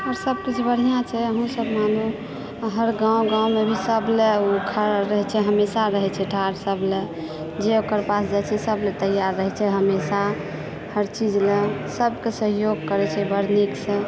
आओर सभकिछु बढ़िआँ छै अहुँ सभ मानू हर गाँव गाँवमे भी सभ लऽ ओ खड़ा रहै छै हमेशा रहै छै ठार सभ लऽ जे ओकर पास जाइत छै सभलए तैयार रहैत छै हमेशा हर चीज लऽ सभकेँ सहयोग करैत छै बड़ नीकसँ